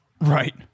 Right